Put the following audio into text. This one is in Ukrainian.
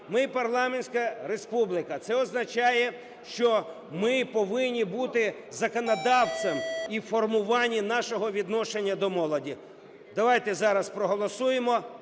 – парламентська республіка. Це означає, що ми повинні бути законодавцем і в формуванні нашого відношення до молоді. Давайте зараз проголосуємо.